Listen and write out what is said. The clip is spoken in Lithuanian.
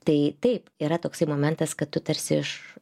tai taip yra toksai momentas kad tu tarsi iš